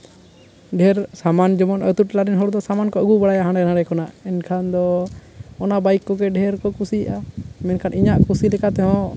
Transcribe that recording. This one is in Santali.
ᱰᱷᱮᱹᱨ ᱥᱟᱢᱟᱱ ᱡᱮᱢᱚᱱ ᱟᱛᱳ ᱴᱚᱞᱟ ᱨᱮᱱ ᱦᱚᱲ ᱫᱚ ᱥᱟᱢᱟᱱ ᱠᱚ ᱟᱹᱜᱩ ᱵᱟᱲᱟᱭᱟ ᱦᱟᱱᱰᱮ ᱱᱷᱟᱰᱮ ᱠᱷᱚᱱᱟᱜ ᱮᱱᱠᱷᱟᱱ ᱫᱚ ᱚᱱᱟ ᱵᱟᱭᱤᱠ ᱠᱚᱜᱮ ᱰᱷᱮᱹᱨ ᱠᱚ ᱠᱩᱥᱤᱭᱟᱜᱼᱟ ᱢᱮᱱᱠᱷᱟᱱ ᱤᱧᱟᱹᱜ ᱠᱩᱥᱤ ᱞᱮᱠᱟ ᱛᱮ ᱦᱚᱸ